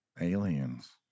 aliens